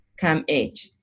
CAMH